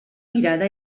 mirada